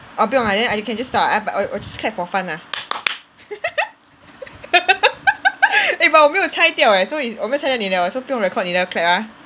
orh 不用 ah then you can just stop the app but 我我 just clap for fun lah eh but 我没有拆掉 eh so is 我没有拆掉你的 leh so 不用 record 你的 clap ah